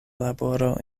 laboro